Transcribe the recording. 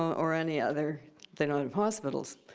or any other they don't have hospitals,